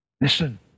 Listen